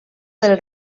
del